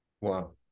wow